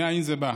מאין זה בא: